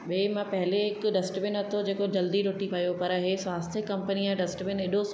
ॿिए मां पहिरियों हिकु डस्टबिन वरितो जेको जल्दी टूटी पियो पर इहो स्वास्थय कंपनी जो डस्टबिन एॾो